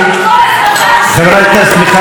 חברת הכנסת מיכל רוזין, נא לצאת.